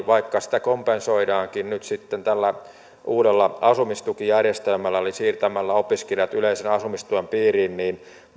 vaikka sitä kompensoidaankin nyt sitten tällä uudella asumistukijärjestelmällä eli siirtämällä opiskelijat yleisen asumistuen piiriin